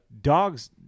dogs